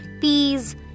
peas